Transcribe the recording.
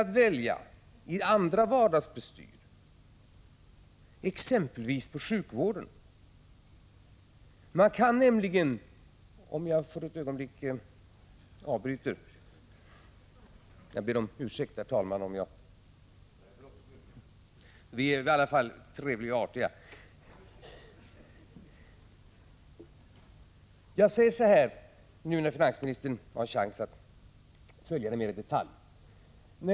Det är också fråga om rätten att välja när det gäller andra vardagsbestyr, exempelvis sjukvården.